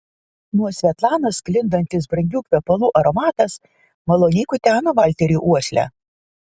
nuo svetlanos sklindantis brangių kvepalų aromatas maloniai kuteno valteriui uoslę